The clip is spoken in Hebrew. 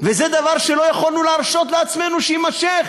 וזה דבר שלא יכולנו להרשות לעצמנו שיימשך,